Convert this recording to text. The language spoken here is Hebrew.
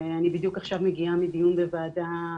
ובדיוק עכשיו אני מגיעה מדיון בוועדה,